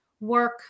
work